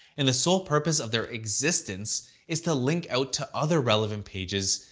and the sole purpose of their existence is to link out to other relevant pages,